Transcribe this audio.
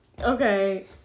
Okay